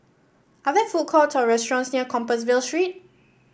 are there food courts or restaurants near Compassvale Street